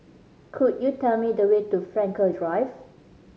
could you tell me the way to Frankel Drive